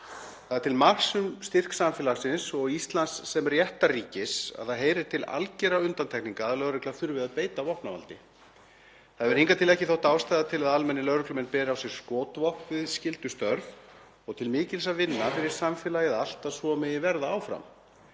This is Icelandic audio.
Það er til marks um styrk samfélagsins og Íslands sem réttarríkis að það heyrir til algerra undantekninga að lögreglan þurfi að beita vopnavaldi. Það hefur hingað til ekki þótt ástæða til að almennir lögreglumenn beri á sér skotvopn við skyldustörf og til mikils að vinna fyrir samfélagið allt, að svo megi verða áfram.